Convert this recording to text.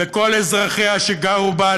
וכל אזרחיה שגרו בה,